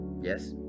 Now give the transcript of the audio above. yes